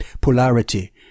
polarity